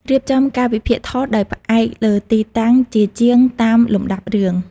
រៀបចំកាលវិភាគថតដោយផ្អែកលើទីតាំងជាជាងតាមលំដាប់រឿង។